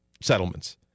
settlements